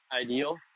ideal